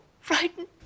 frightened